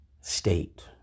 state